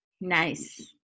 Nice